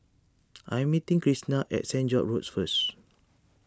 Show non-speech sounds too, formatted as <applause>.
<noise> I am meeting Kristina at Saint George's Road first